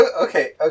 Okay